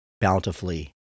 bountifully